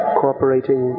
cooperating